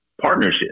Partnership